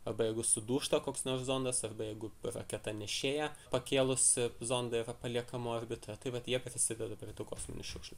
arba jeigu sudūžta koks nors zondas arba jeigu raketa nešėja pakėlusi zondą yra paliekama orbitoje tai vat jie prisideda prie tų kosminių šiukšlių